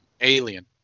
alien